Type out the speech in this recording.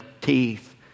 teeth